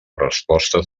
respostes